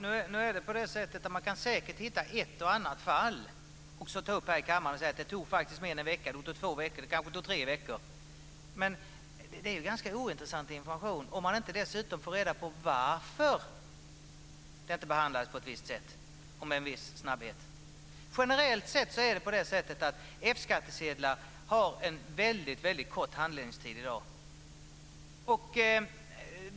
Fru talman! Man kan säkert hitta ett och annat fall, och ta upp det i kammaren, där det faktiskt tog mer än en vecka eller två tre veckor. Men det är ganska ointressant information om man inte samtidigt får reda på varför det behandlades på ett visst sätt och med en viss "snabbhet". Generellt sett har frågorna om F-skattsedlar en väldigt kort handläggningstid i dag.